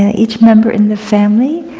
ah each member in the family